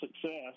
success